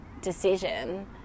decision